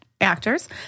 actors